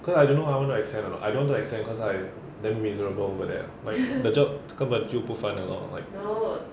cause I don't know I want to extend or not I don't want to extend cause I damn miserable over there like the job 根本就不 fun liao lor like